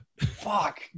Fuck